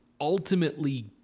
ultimately